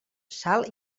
sal